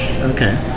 okay